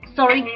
Sorry